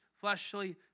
fleshly